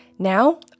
Now